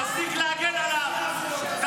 תפסיק להגן עליו.